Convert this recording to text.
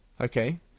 Okay